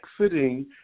exiting